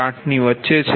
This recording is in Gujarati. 8 ની વચ્ચે છે